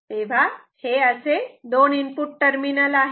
असे हे दोन इनपुट टर्मिनल आहेत